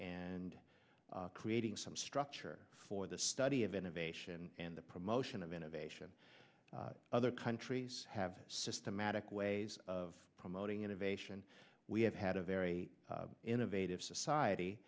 and creating some structure for the study of innovation and the promotion of innovation other countries have systematic ways of promoting innovation we have had a very innovative society